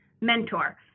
mentor